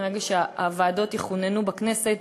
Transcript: ברגע שהוועדות יכוננו בכנסת,